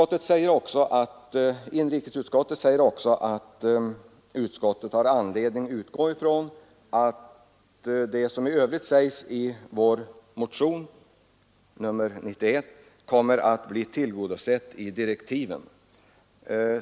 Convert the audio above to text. Inrikesutskottet anför också att utskottet har anledning att utgå från att det som i övrigt begärs i vår motion, nr 91, kommer att bli tillgodosett vid direktiven.